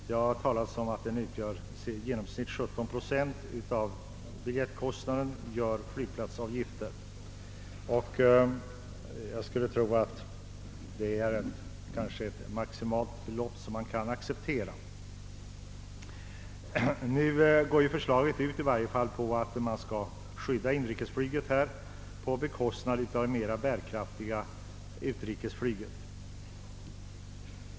Det har talats om att flygplatsavgiften i genomsnitt utgör 17 procent av biljettkostnaden. Jag skulle tro att detta är det maximibelopp man kan acceptera. Förslaget går ut på att man försöker skydda inrikesflyget på bekostnad av det mera bärkraftiga utrikesflyget.